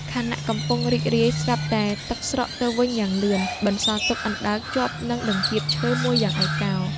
ខណៈកំពុងរីករាយ ស្រាប់តែទឹកស្រកទៅវិញយ៉ាងលឿន បន្សល់ទុកអណ្ដើកជាប់នៅនឹងតង្កៀបឈើមួយយ៉ាងឯកា។